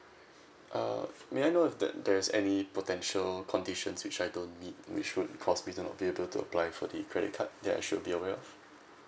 uh may I know if the~ there's any potential conditions which I don't meet which would cause me to not be able to apply for the credit card that I should be aware of